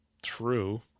true